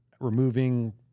removing